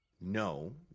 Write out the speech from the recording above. no